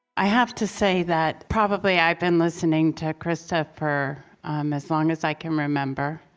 i have to say that probably i've been listening to krista for um as long as i can remember,